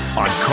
on